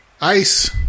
ICE